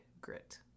grit